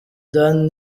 dan